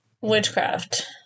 witchcraft